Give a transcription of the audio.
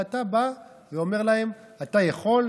ואתה בא ואומר להם: אתה יכול,